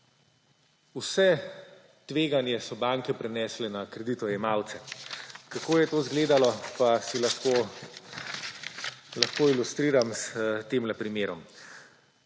Vse tveganje so banke prenesle na kreditojemalce. Kako je to izgledalo, pa si lahko ilustriramo s tem primerom.